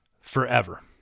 forever